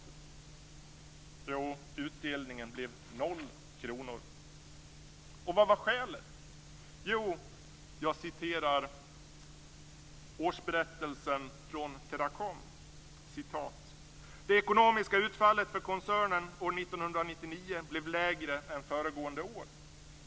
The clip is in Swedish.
Jo, utdelningen blev noll kronor. Vad var skälet? Jo, jag citerar årsberättelsen från 1999 blev lägre än föregående år.